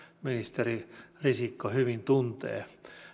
ministeri risikko hyvin tuntee